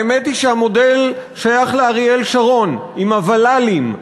והאמת היא שהמודל שייך לאריאל שרון עם הוול"לים.